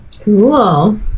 Cool